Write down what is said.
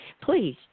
please